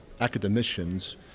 academicians